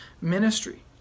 ministry